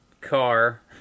car